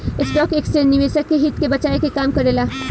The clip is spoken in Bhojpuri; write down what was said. स्टॉक एक्सचेंज निवेशक के हित के बचाये के काम करेला